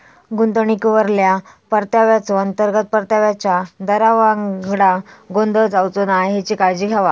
गुंतवणुकीवरल्या परताव्याचो, अंतर्गत परताव्याच्या दरावांगडा गोंधळ जावचो नाय हेची काळजी घेवा